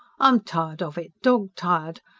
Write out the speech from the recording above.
i'm tired of it dog-tired.